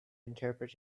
interpret